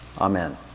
Amen